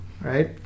right